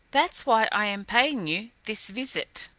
that's why i am paying you this visit.